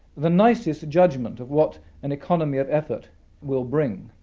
the nicest judgment of what an economy of effort will bring,